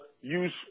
use